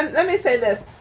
let me say this.